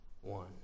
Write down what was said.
one